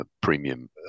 premium